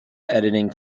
editing